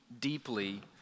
deeply